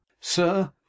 Sir